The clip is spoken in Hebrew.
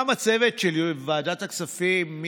גם הצוות של ועדת הכספים,